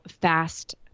fast